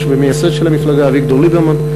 ולמייסד של המפלגה אביגדור ליברמן,